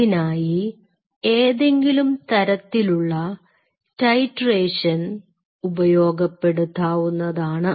അതിനായി ഏതെങ്കിലും തരത്തിലുള്ള ടൈറ്ററേഷൻ ഉപയോഗപ്പെടുത്താവുന്നതാണ്